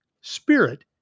spirit